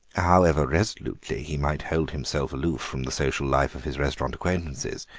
however resolutely he might hold himself aloof from the social life of his restaurant acquaintances,